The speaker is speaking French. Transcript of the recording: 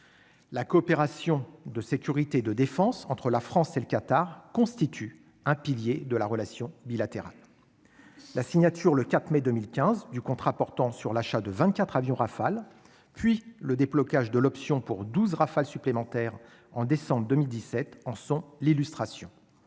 La coopération de sécurité de défense entre la France et le Qatar constitue un pilier de la relation bilatérale la signature le 4 mai 2015 du contrat portant sur l'achat de 24 avions Rafale, puis le déblocage de l'option pour 12 Rafale supplémentaires en décembre 2017 en sont l'illustration.